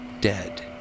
dead